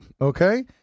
Okay